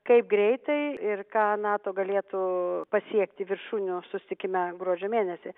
kaip greitai ir ką nato galėtų pasiekti viršūnių susitikime gruodžio mėnesį